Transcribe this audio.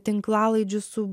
tinklalaidžių su